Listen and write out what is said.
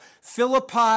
Philippi